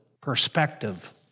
perspective